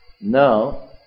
Now